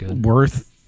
worth